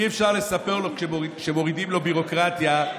אי-אפשר לספר לו שמורידים לו ביורוקרטיה.